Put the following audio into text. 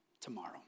tomorrow